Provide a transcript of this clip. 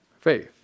faith